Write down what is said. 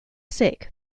sick